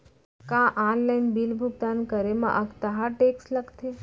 का online bill भुगतान करे मा अक्तहा टेक्स लगथे?